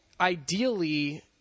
ideally